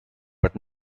but